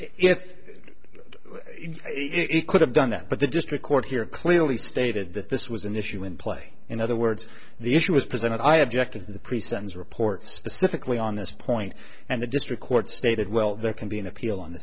if it could have done that but the district court here clearly stated that this was an issue in play in other words the issue was presented i objected to the pre sentence report specifically on this point and the district court stated well there can be an appeal